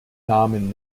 namen